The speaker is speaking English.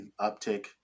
uptick